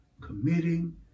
committing